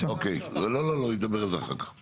הוא ידבר על זה אחר כך.